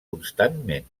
constantment